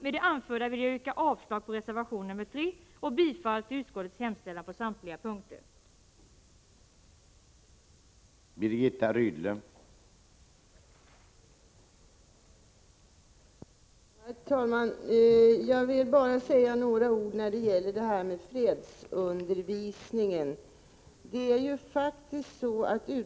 Med det anförda ber jag att få yrka bifall till utskottets hemställan på samtliga punkter, vilket också innebär avslag på reservationerna 1, 2 och 3.